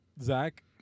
Zach